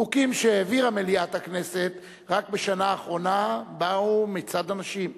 חוקים שהעבירה מליאת הכנסת רק בשנה האחרונה באו מצד נשים.